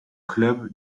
club